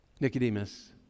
Nicodemus